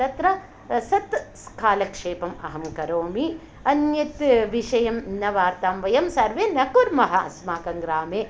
तत्र सत् कालक्षेपम् अहं करोमि अन्यत् विषयं न वार्तां वयं सर्वे न कुर्मः अस्माकं ग्रामे